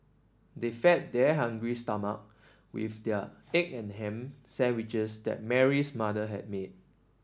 they fed their hungry stomach with the egg and ham sandwiches that Mary's mother had made